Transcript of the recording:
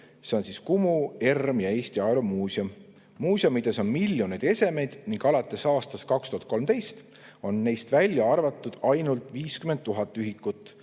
kolm: Kumu, ERM ja Eesti Ajaloomuuseum. Muuseumides on miljoneid esemeid ning alates aastast 2013 on neist välja arvatud ainult 50 000 ühikut.